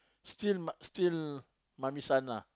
still ma still mummy son lah